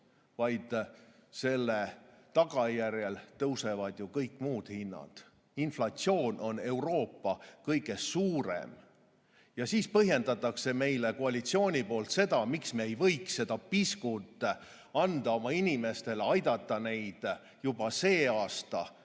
– selle tagajärjel tõusevad ju ka kõik muud hinnad, inflatsioon on Euroopa suurim. Ja siis põhjendatakse meile koalitsiooni poolt seda, miks me ei võiks seda piskut anda oma inimestele, aidata neid juba sel aastal,